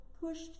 pushed